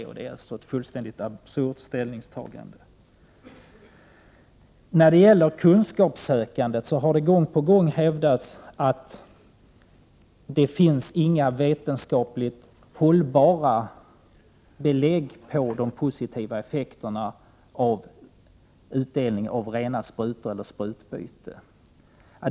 Det är ett fullständigt absurt ställningstagande. Det har gång på gång hävdats att det inte finns några vetenskapligt hållbara belägg på de positiva effekterna av utdelning av rena sprutor eller av sprututbyte.